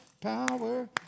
power